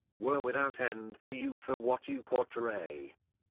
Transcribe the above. woe without end for you for what you portray!